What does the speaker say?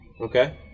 Okay